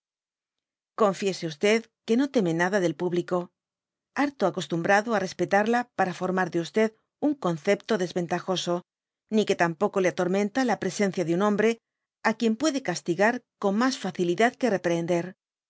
confíese que no teme nada del público harto acostumbrado á respetarla para formar de un concepto desventajoso ni que tampoco le atormenta la presencia de un hombre á quien puede castigar con mas facilidad que reprehender